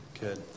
Good